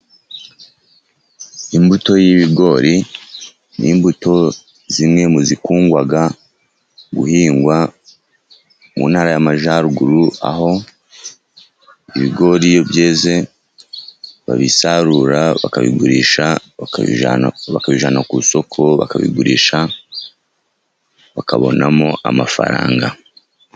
Imbuto y'ibigori n'imbuto zimwe mu zikungwa guhingwa mu ntara y'Amajyaruguru aho ibigoriyo byeze babisarura bakabigurisha bakabijana bakabijana ku isoko bakabigurisha bakabonamo amafaranga.